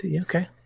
Okay